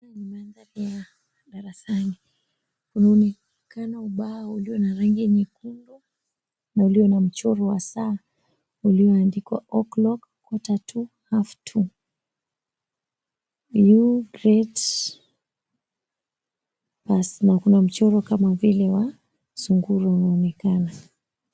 Ni mandhari ya darasani. Kunaonekana ubao ulio na rangi nyekundu na ulio na mchoro wa saa ulioandikwa, O'Clock, Quarter To, Half To, You Great, na kuna mchoro kama vile wa sungura unaonekana.